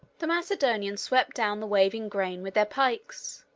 the macedonians swept down the waving grain with their pikes,